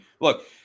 look